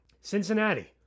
Cincinnati